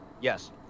Yes